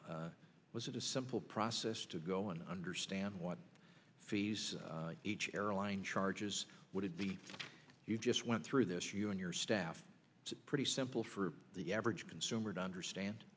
was it a simple process to go in understand what each airline charges would be if you just went through this you and your staff pretty simple for the average consumer to understand